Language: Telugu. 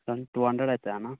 మొత్తం టూ హండ్రడ్ అవుతుంది అన్న